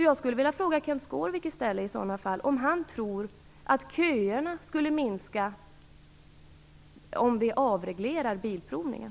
Jag skulle vilja fråga Kenth Skårvik om han tror att köerna skulle minska om vi avreglerar bilprovningen.